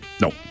no